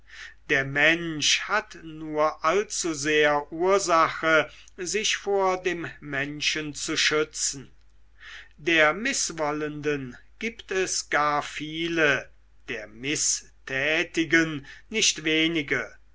der mensch hat nur allzusehr ursache sich vor dem menschen zu schützen der mißwollenden gibt es gar viele der mißtätigen nicht wenige